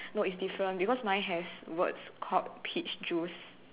no is different because my has words called peach juice